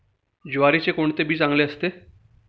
ज्वारीचे कोणते बी चांगले असते?